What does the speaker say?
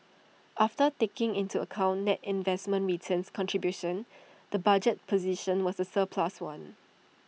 after taking into account net investment returns contribution the budget position was A surplus one